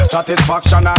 Satisfaction